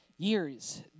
Years